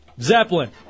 Zeppelin